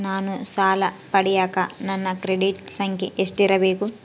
ನಾನು ಸಾಲ ಪಡಿಯಕ ನನ್ನ ಕ್ರೆಡಿಟ್ ಸಂಖ್ಯೆ ಎಷ್ಟಿರಬೇಕು?